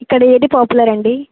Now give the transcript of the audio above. ఇక్కడ ఏది పాపులర్ అండి